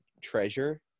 treasure